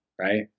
right